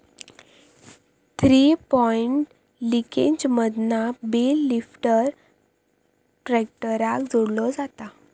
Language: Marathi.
थ्री पॉइंट लिंकेजमधना बेल लिफ्टर ट्रॅक्टराक जोडलो जाता